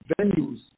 venues